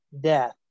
death